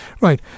Right